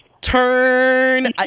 turn